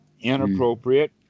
inappropriate